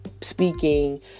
speaking